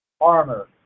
armor